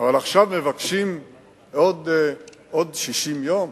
אבל עכשיו מבקשים עוד 60 יום.